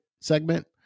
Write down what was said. segment